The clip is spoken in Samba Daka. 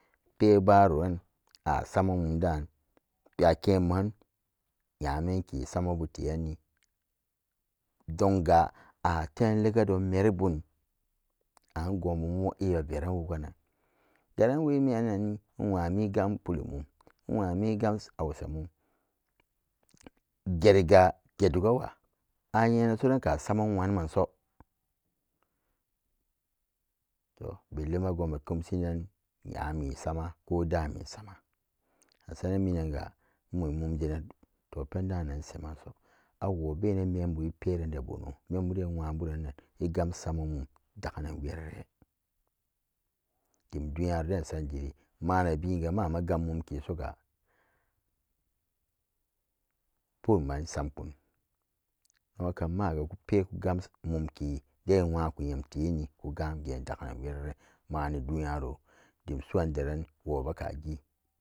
Oebaroran asamamum dan ake bumman nyamenke samabute yan donga aten lega don merimbun akan gube iyayeren woganan garan wemiyan nanni buni gambuli mun inwami gam inwami gam hausa mum geriga gedugawa an nye nan soran ka ama nwunum an so to bellema gube kemshinnan nyame sama ko dame sama asarnan minan ga mumbir an to pendanan she man so awo be nan membu iberan de buno membum den inyla buran an igam samamamamun da gana werere dem duniyaron den chan geri nmunaben ga mama gammun ketoso purum man samkun amma kan magako mom ke den inmau xam teni ko gam gen dagana wereret mani duniyare den suwon deran wobe kage